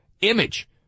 image